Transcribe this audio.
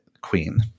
Queen